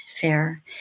fair